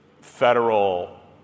federal